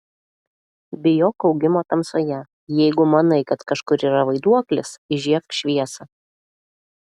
bijok augimo tamsoje jeigu manai kad kažkur yra vaiduoklis įžiebk šviesą